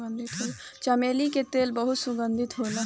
चमेली के तेल बहुत सुगंधित होला